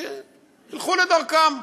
שילכו לדרכם,